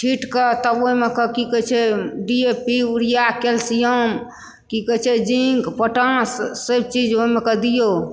छिट कऽ तब ओहिमे कऽ की कहै छै डीएपी उरिया कैल्सियम की कहै छै जिंक पोटाश सैब चीज ओहमे कऽ दियौ